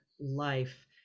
life